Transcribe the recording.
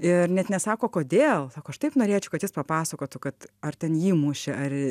ir net nesako kodėl sako aš taip norėčiau kad jis papasakotų kad ar ten jį mušė ar